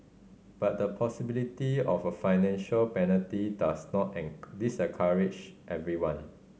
but the possibility of a financial penalty does not discourage everyone